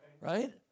Right